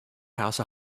house